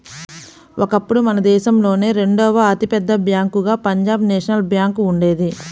ఒకప్పుడు మన దేశంలోనే రెండవ అతి పెద్ద బ్యేంకుగా పంజాబ్ నేషనల్ బ్యేంకు ఉండేది